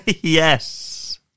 Yes